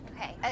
Okay